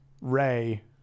Ray